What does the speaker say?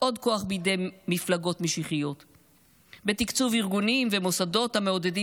עוד כוח בידי מפלגות משיחיות בתקצוב ארגונים ומוסדות המעודדים